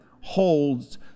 holds